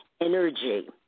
energy